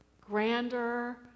grander